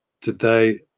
Today